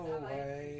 away